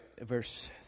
verse